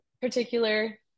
particular